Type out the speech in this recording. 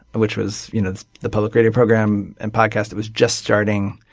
which was you know the the public radio program and podcast. it was just starting.